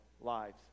lives